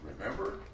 Remember